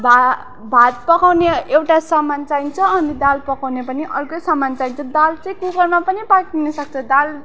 भा भात पकाउने एउटा सामान चाहिन्छ अन्त दाल पकाउने पनि अर्कै सामान चाहिन्छ दाल चाहिँ कुकरमा पनि पाक्न सक्छ दाल